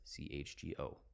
CHGO